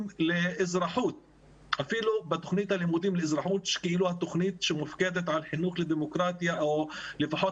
לאזרחות שהיא כאילו התוכנית שמופקדת על חינוך לדמוקרטיה או לפחות